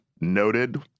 noted